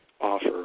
offer